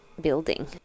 building